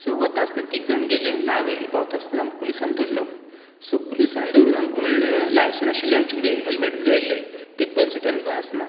so वता आसतना तीग जाण गेले नावेली पावता आसतना पुलिसान धरलो सो पुलिसान धरून आमकां म्हणलें लायसन आशिल्लें आमचे कडेन हेलमेट बी घायिल्लें टिब्बल सीट आनी ग्लास ना